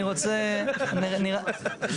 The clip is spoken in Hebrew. אני רוצה --- תראה,